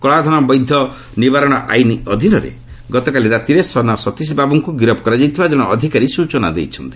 କଳାଧନ ବୈଧ ନିବାରଣ ଆଇନ୍ ଅଧୀନରେ ଗତକାଲି ରାତିରେ ସନା ସତୀଶବାବୁଙ୍କୁ ଗିରଫ କରାଯାଇଥିବା ଜଣେ ଅଧିକାରୀ ସୂଚନା ଦେଇଛନ୍ତି